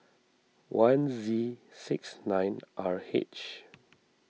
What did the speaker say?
one Z six nine R H